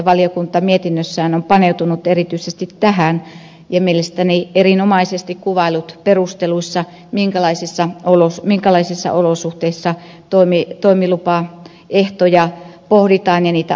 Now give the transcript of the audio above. valiokunta mietinnössään on paneutunut erityisesti tähän ja mielestäni erinomaisesti kuvaillut perusteluissa minkälaisissa olosuhteissa toimilupaehtoja pohditaan ja niitä asetetaan